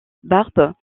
barbe